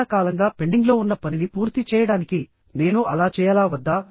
చాలా కాలంగా పెండింగ్లో ఉన్న పనిని పూర్తి చేయడానికి నేను అలా చేయాలా వద్దా